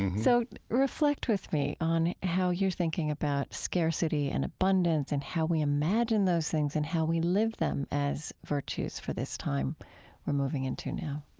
so reflect with me on how you're thinking about scarcity and abundance and how we imagine those things and how we live them as virtues for this time we're moving into now